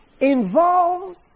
involves